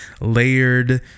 layered